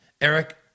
Eric